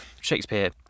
shakespeare